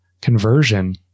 conversion